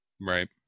Right